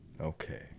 okay